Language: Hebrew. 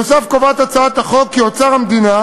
נוסף על כך קובעת הצעת החוק כי אוצר המדינה